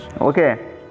Okay